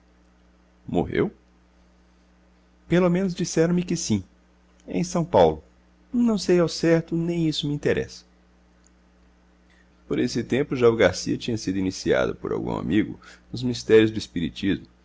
morreu pelo menos disseram-me que sim em são paulo não sei ao certo nem isso me interessa por esse tempo já o garcia tinha sido iniciado por algum amigo nos mistérios do espiritismo